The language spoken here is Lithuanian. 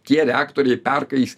tie reaktoriai perkais